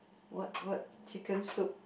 what what chicken soup